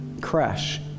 crash